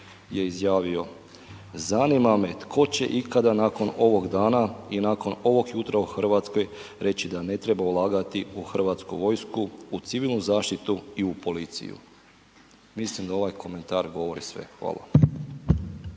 je izjavio, zanima me tko će ikada nakon ovog dana i nakon ovog jutra u Hrvatskoj reći da ne treba ulagati u Hrvatsku vojsku, u civilnu zaštitu i u policiju. Mislim da ovaj komentar govori sve. Hvala.